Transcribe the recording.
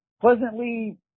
pleasantly